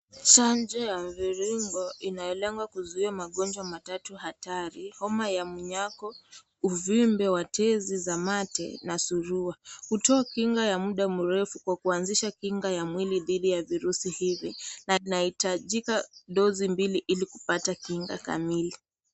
Chanjo ya mviringo, inayolengwa kuzuia magonjwa matatu hatari, homa ya mnyako, uvimbe watezi za mate na surua. Hutoa kinga ya muda mrefu kwa kuanzisha kinga ya mwili dhidi ya virusi hivi na inahitajika dozi mbili ili kupata kinga kamili.